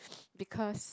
because